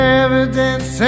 evidence